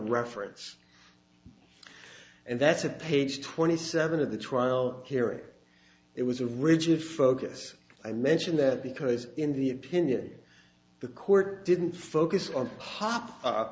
reference and that's a page twenty seven of the trial hearing it was a rigid focus i mention that because in the opinion the court didn't focus on hop u